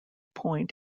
point